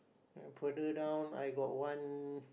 further down I got one